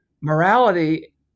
morality